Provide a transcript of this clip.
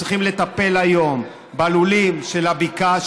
אם אנחנו צריכים לטפל היום בלולים של הבקעה,